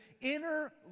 inner